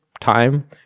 time